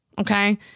Okay